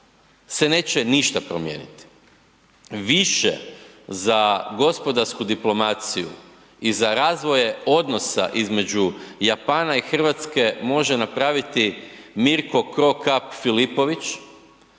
se neće ništa promijeniti. Više za gospodarsku diplomaciju i za razvoje odnosa između Japana i Hrvatske može napraviti Miro Cro Cop Filipović